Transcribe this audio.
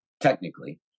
technically